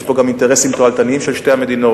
יש פה גם אינטרסים תועלתניים של שתי המדינות,